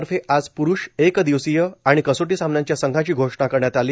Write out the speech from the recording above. तर्फे आज प्रूष एक दिवसीय आणि कसोटी सामन्यांच्या संघाची घोषणा करण्यात आली